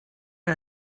mir